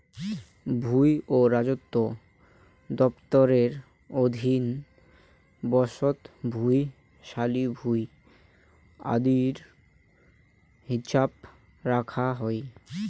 ভুঁই ও রাজস্ব দফতরের অধীন বসত ভুঁই, শালি ভুঁই আদির হিছাব রাখাং হই